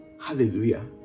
hallelujah